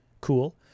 Cool